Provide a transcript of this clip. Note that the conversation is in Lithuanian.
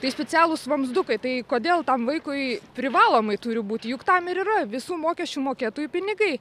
tai specialūs vamzdukai tai kodėl tam vaikui privalomai turi būti juk tam yra visų mokesčių mokėtojų pinigai